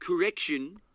correction